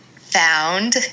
found